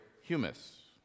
humus